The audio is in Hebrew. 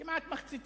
כמעט מחצית